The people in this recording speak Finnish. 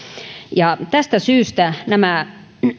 tästä syystä nämä